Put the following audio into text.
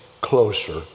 closer